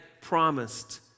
promised